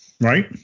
Right